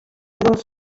dels